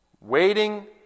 Waiting